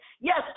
Yes